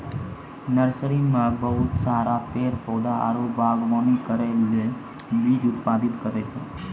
nursery मे बहुत सारा पेड़ पौधा आरु वागवानी करै ले बीज उत्पादित करै छै